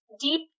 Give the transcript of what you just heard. deep